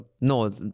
no